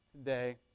today